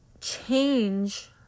change